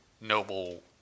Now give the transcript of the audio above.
noble